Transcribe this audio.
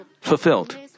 fulfilled